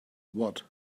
what